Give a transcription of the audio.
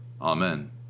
Amen